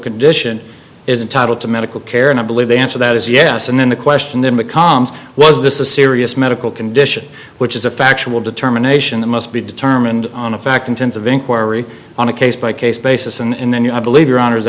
condition is entitled to medical care and i believe they answer that is yes and then the question then becomes was this a serious medical condition which is a factual determination that must be determined on a fact intensive inquiry on a case by case basis and then you know i believe your honor